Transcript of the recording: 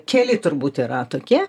keli turbūt yra tokie